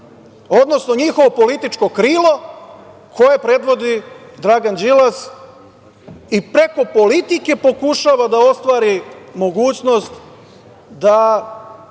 odnosno njihovo političko krilo koje predvodi Dragan Đilas i preko politike pokušava da ostvari mogućnost da